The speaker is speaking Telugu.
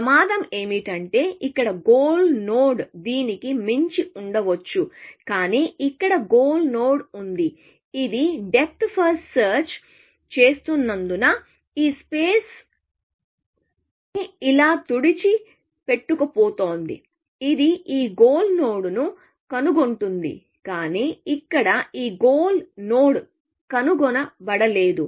ప్రమాదం ఏమిటంటే ఇక్కడ గోల్ నోడ్ దీనికి మించి ఉండవచ్చు కానీ ఇక్కడ గోల్ నోడ్ ఉంది ఇది డెప్త్ ఫస్ట్ సెర్చ్ చేస్తున్నందున ఈ స్పేస్ ని ఇలా తుడిచి పెట్టుకుపోతోంది ఇది ఈ గోల్ నోడ్ను కనుగొంటుంది కానీ ఇక్కడ ఈ గోల్ నోడ్ కనుగొనబడ లేదు